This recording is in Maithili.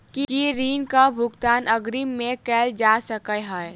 की ऋण कऽ भुगतान अग्रिम मे कैल जा सकै हय?